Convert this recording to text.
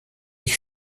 ich